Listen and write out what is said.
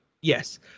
Yes